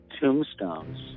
tombstones